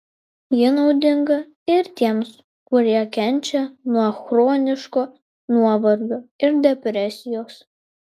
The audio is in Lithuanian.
ji naudinga ir tiems kurie kenčia nuo chroniško nuovargio ir depresijos